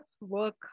work